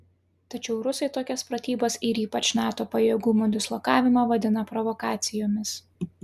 tačiau rusai tokias pratybas ir ypač nato pajėgumų dislokavimą vadina provokacijomis